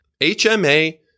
HMA